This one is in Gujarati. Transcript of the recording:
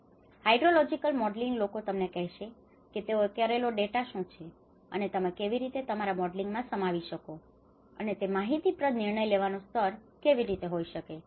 આમ હાઇડ્રોલોજિકલ મોડેલિંગ લોકો તમને કહેશે કે તેઓએ કરેલો ડેટા શું છે અને તમે તે કેવી રીતે તમારા મોડેલિંગમાં સમાવી શકો છો અને તે માહિતીપ્રદ નિર્ણય લેવાનું સ્તર કેવી રીતે હોઈ શકે છે